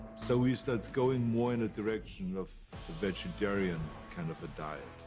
so we started going more in a direction of the vegetarian kind of a diet.